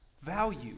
value